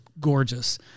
gorgeous